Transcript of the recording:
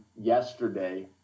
yesterday